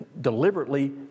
deliberately